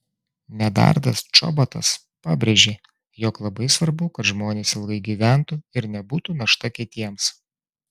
medardas čobotas pabrėžė jog labai svarbu kad žmonės ilgai gyventų ir nebūtų našta kitiems